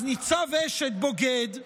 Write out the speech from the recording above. אז ניצב אשד בוגד,